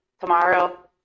tomorrow